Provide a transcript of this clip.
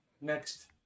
next